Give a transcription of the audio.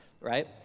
right